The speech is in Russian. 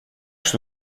что